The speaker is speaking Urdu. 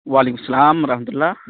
وعلیکم السلام ورحمۃ اللہ